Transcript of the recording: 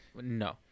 No